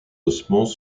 ossements